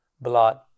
blood